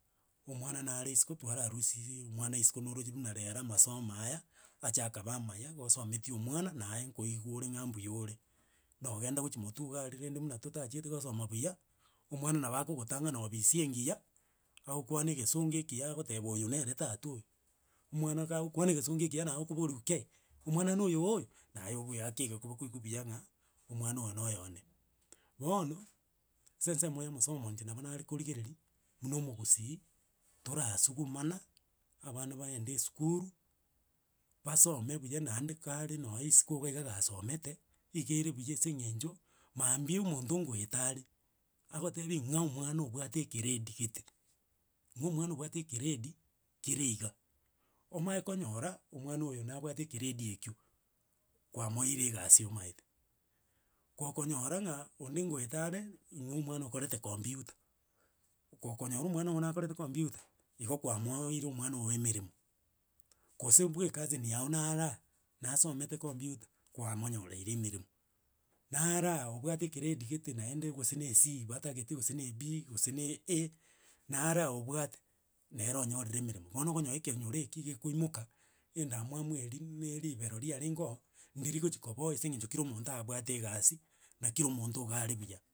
Omwana nare isiko twararusiaaa omwana isiko noroche buna rero amasomo aya, acha akaba amaya gosometi omwana, naye nkoigwa ore ng'a mbuyore nogenda gochia motwe iga aria rende buna totachiete gosoma buya, omwana nabo agogotang'ana obisi engiya, agokwana egesongo ekiya agoteba oyo nere tata oyo. Omwana kagokwana egesongo ekiya naye okoboriwa kei, omwana no yoo oyo, naye ogoeaka egekuba kwaigwa buya ng'a omwana oyo noyone. Bono, ase ensemo ya masomo inche nabo nare korigereria, buna omogusii torasugumana abana baende esukuru, basome buya naende kare nonye isiko iga iga gasomete, iga ere buya ase eng'encho mambia omonto goetare agotebia ng'a omwana obwate egrade gete, ng'a omwana obwate egrade kere iga. Omanye konyora, omwana oyo nabwate egrade ekio, kwamoire egasi omaete. Gokonyora ng'a onde ngoetare ng'a omwana okorete computer, gokonyora omwana ogo nakorete computer, igo kwamoire omwano ogo emeremo, gose bwa ecousin yago nare aa nasomete computer, kwamonyoreire emeremo, nare aa obwate egrade gete naende gose na ec batagete gose na eb gose na ea, nare aa obwate, nere onyorire emeremo. Bono okonyora ekenyoro eki gekoimoka endamwamu eria na ribero riarenge oo, ndiri gochi koboi ase eng'encho kera omonto aabwate egasi, na kera omonto iga are buya.